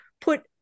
put